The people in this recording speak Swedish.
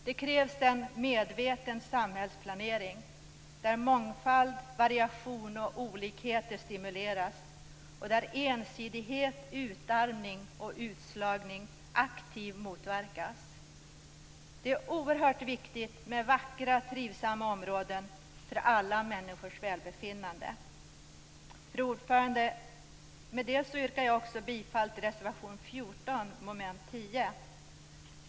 Det krävs en medveten samhällsplanering, där mångfald, variation och olikhet stimuleras och där ensidighet, utarmning och utslagning aktivt motverkas. Det är oerhört viktigt med vackra och trivsamma bostadsområden, för alla människors välbefinnande. Fru talman! Jag yrkar bifall också till reservation 14 under mom. 10.